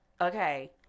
okay